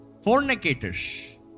fornicators